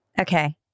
Okay